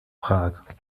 prag